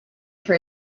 for